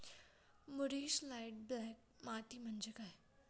मूरिश light black माती म्हणजे काय?